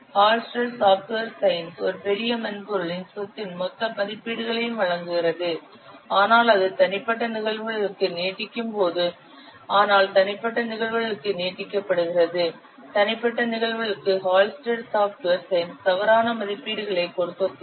Halstead software science ஒரு பெரிய மென்பொருளின் சொத்தின் மொத்த மதிப்பீடுகளையும் வழங்குகிறது ஆனால் அது தனிப்பட்ட நிகழ்வுகளுக்கு நீட்டிக்கும்போது ஆனால் தனிப்பட்ட நிகழ்வுகளுக்கு நீட்டிக்கப்படுகிறது தனிப்பட்ட நிகழ்வுகளுக்கு ஹால்ஸ்டெட் சாப்ட்வேர் சயின்ஸ் தவறான மதிப்பீடுகளை கொடுக்கக்கூடும்